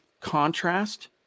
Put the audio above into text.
contrast